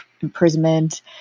imprisonment